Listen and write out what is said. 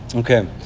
Okay